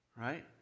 Right